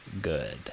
good